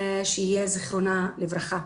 שיהיה זיכרונה לברכה.